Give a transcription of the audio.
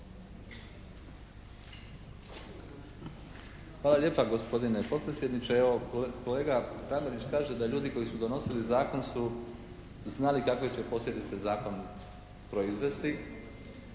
Hvala lijepa gospodine potpredsjedniče. Evo, kolega Kramarić kaže da ljudi koji su donosili zakon su znali kakve će posljedice zakon proizvesti.